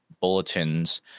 bulletins